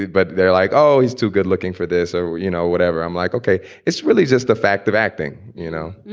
but they're like, oh, he's too good looking for this or, you know, whatever. i'm like, ok. it's really just the fact of acting you know,